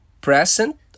present